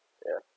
ya